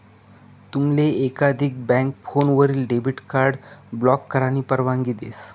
तुमले एकाधिक बँक फोनवरीन डेबिट कार्ड ब्लॉक करानी परवानगी देस